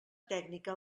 tècnica